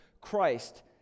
Christ